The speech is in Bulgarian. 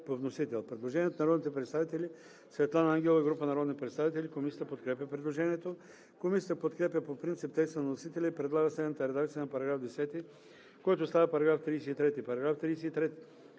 вносител има предложение от народните представители Светлана Ангелова и група народни представители. Комисията подкрепя предложението. Комисията подкрепя по принцип текста на вносителя и предлага следната редакция на § 10, който става § 33.